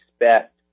expect